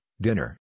dinner